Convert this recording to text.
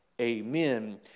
amen